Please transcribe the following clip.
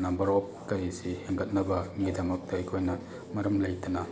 number of ꯀꯔꯤꯁꯤ ꯍꯦꯟꯒꯠꯅꯕꯒꯤꯗꯃꯛꯇ ꯑꯩꯈꯣꯏꯅ ꯃꯔꯝ ꯂꯩꯇꯅ